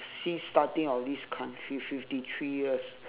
since starting of this country fifty three years